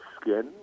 skin